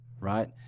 right